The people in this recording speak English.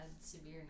severe